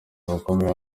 bakomeye